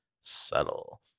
subtle